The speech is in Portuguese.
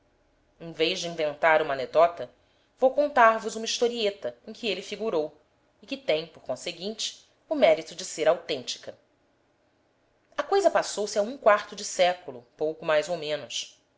em vez de inventar uma anedota vou contar vos uma historieta em que ele figurou e que tem por conseguinte o mérito de ser autêntica a coisa passou-se há um quarto de século pouco mais ou menos